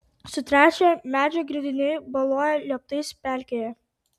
sutręšę medžio grindiniai boluoja lieptais pelkėje